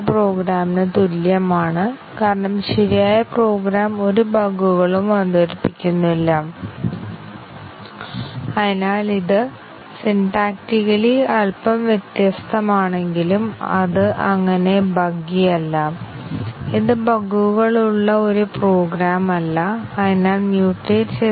flow graph control flow ഗ്രാഫിൽ പാത്തുകൾ നിർവചിക്കപ്പെട്ടിട്ടില്ല എന്നാൽ ഇവിടെ നമ്മൾ എങ്ങനെയാണ് ഡാറ്റ ഫ്ലോ ചെയ്യുന്നത് അല്ലെങ്കിൽ എവിടെയാണ് ഡാറ്റാ ഡെഫിനീഷനും ഉപയോഗങ്ങളും സംഭവിക്കുന്നത് അതിന്റെ അടിസ്ഥാനത്തിൽ ഞങ്ങൾ പാത്ത് ഡിഫയിൻ ചെയ്തു